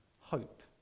hope